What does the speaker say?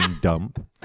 dump